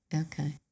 Okay